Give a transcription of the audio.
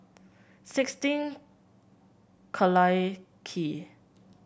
sixteen Collyer Quay